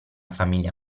famiglia